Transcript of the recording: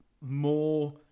more